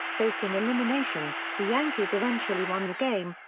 facing elimination, the yankees eventually won the game,